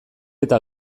eta